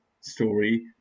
story